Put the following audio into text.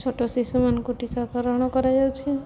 ଛୋଟ ଶିଶୁମାନଙ୍କୁ ଟୀକାକରଣ କରାଯାଉଛି